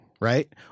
right